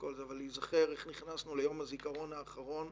אם ננסה להיזכר איך נכנסנו ליום הזיכרון האחרון,